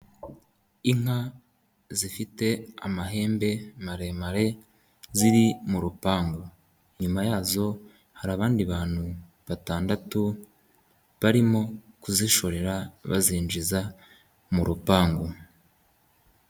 Inka zifite amahembe maremare ziri mu rupangu, inyuma yazo hari abandi bantu batandatu barimo kuzishorera bazinjiza mu rupangu.